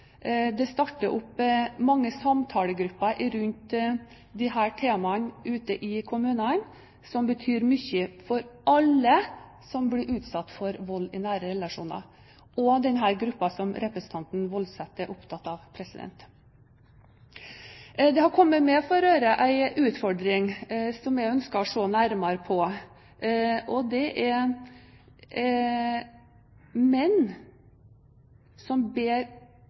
mange samtalegruppene som starter opp vedrørende disse temaene rundt i kommunene, som betyr mye for alle som blir utsatt for vold i nære relasjoner, og denne gruppen som representanten Woldseth er opptatt av. Det har kommet meg for øre en utfordring som jeg ønsker å se nærmere på. Det er menn som